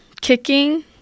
kicking